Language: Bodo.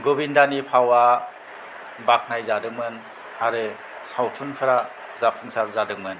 गबिन्दानि फावआ बाखनायजादोंमोन आरो सावथुनफोरा जाफुंसार जादोंमोन